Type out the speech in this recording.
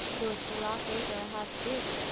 though it's the last acre i have to give.